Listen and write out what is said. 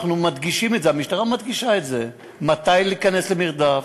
המשטרה מדגישה מתי להיכנס למרדף,